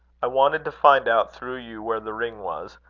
i wanted to find out, through you, where the ring was.